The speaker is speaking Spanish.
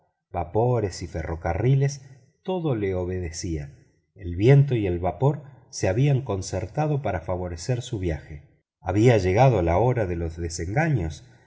vapores y ferrocarriles todo le obedecía el viento y el vapor se habían concertado para favorecer su viaje había llegado la hora de los desengaños